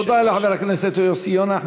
תודה לחבר הכנסת יוסי יונה.